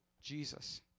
Jesus